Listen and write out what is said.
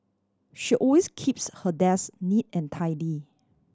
she always keeps her desk neat and tidy